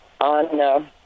on